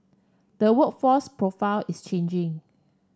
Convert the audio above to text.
the workforce profile is changing